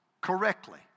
correctly